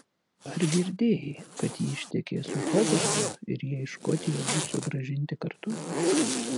ar girdėjai kad ji ištekės už hovardo ir jie į škotiją bus sugrąžinti kartu